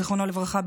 זיכרונו לברכה,